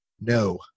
No